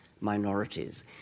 minorities